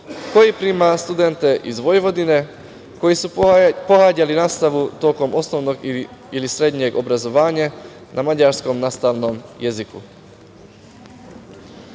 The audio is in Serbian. koji prima studente iz Vojvodine koji su pohađali nastavu tokom osnovnog ili srednjeg obrazovanja na mađarskom nastavnom jeziku. Dom